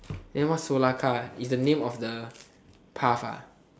then what solar car is the name of the path ah